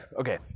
Okay